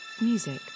music